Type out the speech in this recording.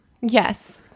Yes